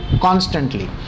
constantly